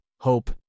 hope